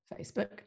Facebook